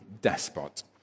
despot